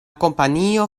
kompanio